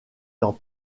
dans